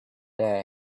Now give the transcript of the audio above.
day